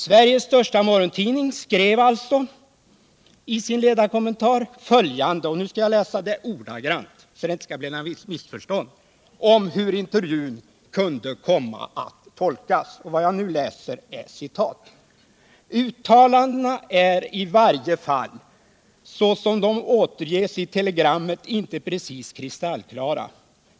Sveriges största morgontidning skrev alltså ordagrant följande i sin ledarkommentar om hur intervjun kunde komma att tolkas: ”Uttalandena är, i varje fall så som de återges i telegrammet, inte precis kristallklara.